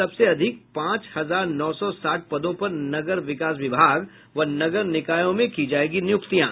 सबसे अधिक पांच हजार नौ सौ साठ पदों पर नगर विकास विभाग व नगर निकायों में की जायेंगी नियुक्तियां